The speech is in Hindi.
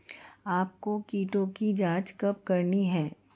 आपको कीटों की जांच कब करनी चाहिए?